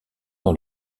dans